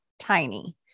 tiny